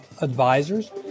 Advisors